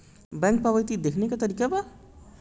Bank पवती देखने के का तरीका बा?